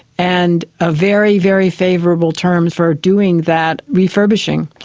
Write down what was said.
and a very, very favourable term for doing that refurbishing.